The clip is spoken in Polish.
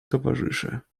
towarzysze